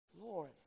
Lord